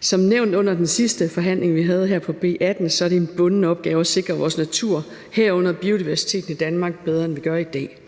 Som nævnt under den sidste forhandling, vi havde her, af B 18, er det en bunden opgave at sikre vores natur, herunder biodiversiteten i Danmark, bedre, end vi gør i dag.